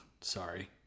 Sorry